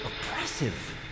oppressive